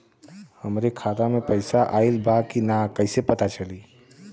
हमरे खाता में पैसा ऑइल बा कि ना कैसे पता चली?